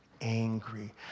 angry